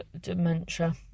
Dementia